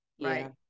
right